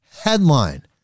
headline